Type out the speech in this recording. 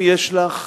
אם יש לך